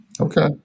Okay